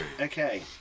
Okay